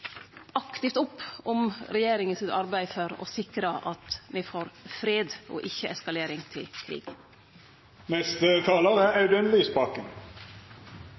aktivt opp om regjeringas arbeid for å sikre at me får fred, ikkje eskalering til krig.